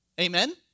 Amen